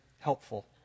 helpful